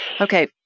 Okay